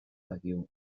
dakigu